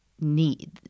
need